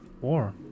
War